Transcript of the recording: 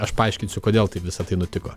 aš paaiškinsiu kodėl taip visa tai nutiko